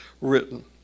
written